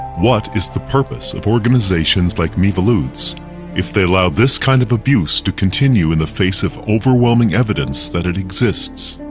what is the purpose of organizations like miviludes if they allow this kind of abuse to continue in the face of overwhelming evidence that it exists?